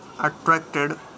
attracted